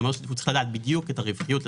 זה אומר הוא צריך לדעת בדיוק את הרווחיות של